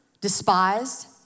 despised